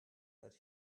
that